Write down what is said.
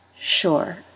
sure